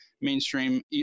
mainstream